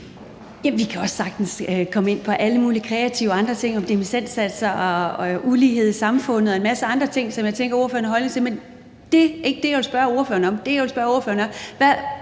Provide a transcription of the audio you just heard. Vi kan sagtens også komme ind på alle mulige andre kreative ting om dimittendsatser og ulighed i samfundet og en masse andre ting, som jeg tænker ordføreren har en holdning til, men det er ikke det, jeg vil spørge ordføreren om.